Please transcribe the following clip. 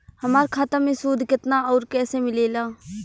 हमार खाता मे सूद केतना आउर कैसे मिलेला?